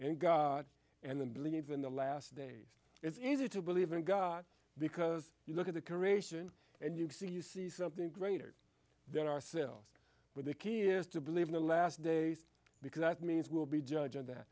in god and then believe in the last days it's easier to believe in god because you look at the khorasan and you see you see something greater than ourselves but the key is to believe in the last days because that means will be judged on that